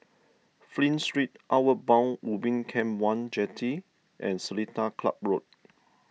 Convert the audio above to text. Flint Street Outward Bound Ubin Camp one Jetty and Seletar Club Road